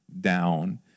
down